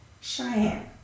Cheyenne